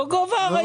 לא גוב האריות.